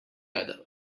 other